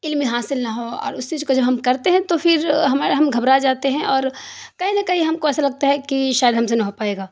علم حاصل نہ ہو اور اس چیز کو جو ہم کرتے ہیں تو پھر ہمارے ہم گھبرا جاتے ہیں اور کہیں نہ کہیں ہم کو ایسا لگتا ہے کہ شاید ہم سے نہ ہو پائے گا